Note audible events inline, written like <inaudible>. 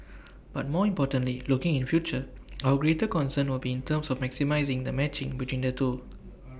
but more importantly looking in future <noise> our greater concern will be in terms of maximising the matching between the two